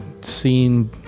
seen